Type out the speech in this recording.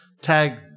Tag